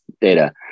data